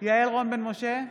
יעל רון בן משה,